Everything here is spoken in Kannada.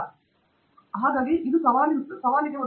ಆದ್ದರಿಂದ ಅದಕ್ಕಾಗಿಯೇ ಇದು ಸವಾಲು ಮಾಡುವ ಕಾರಣಗಳಲ್ಲೊಂದಾಗಿದೆ